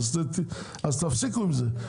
אז תפסיקו עם זה,